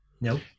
No